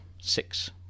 six